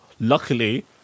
luckily